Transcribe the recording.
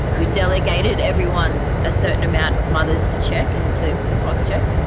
we delegated everyone a certain amount of mothers to check and to to cross-check.